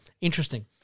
Interesting